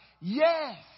yes